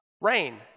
rain